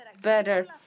better